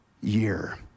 year